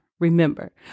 remember